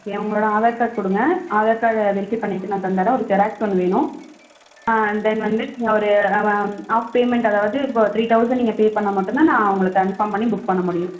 okay உங்களோட Aadhaar card கொடுங்க Aadhaar card verify பண்ணிவிட்டு நான் தந்துர்றேன் ஒரு ஜெராக்ஸ் ஒன்று வேணும் அன் தென் வந்து ஒரு ஆப் பேமெண்ட் அதாவது இப்ப த்ரீ தௌசண்ட் நீங்கள் பே பண்ணா மட்டுந்தான் நான் உங்களை கன்பார்ம் பண்ணி புக் பண்ண முடியும்